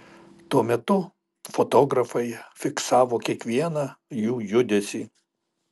tuo metu fotografai fiksavo kiekvieną jų judesį